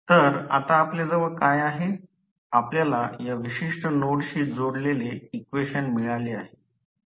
तर आता आपल्याजवळ काय आहे आपल्याला या विशिष्ट नोडशी जोडलेले इक्वेशन मिळाले आहे